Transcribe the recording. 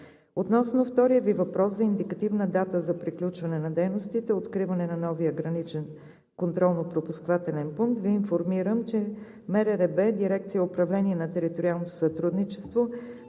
Относно втория Ви въпрос за индикативна дата за приключване на дейностите и откриване на новия граничен контролно-пропускателен пункт, Ви информирам, че МРРБ, Дирекция „Управление на териториалното сътрудничество“,